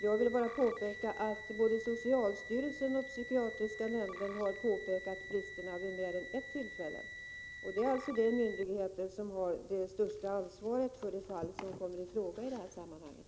Jag vill bara framhålla att både socialstyrelsen och psykiatriska nämnden har påpekat brister vid mer än ett tillfälle, och det är de myndigheter som har ansvaret för de fall som kommer i fråga i det här sammanhanget.